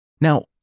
Now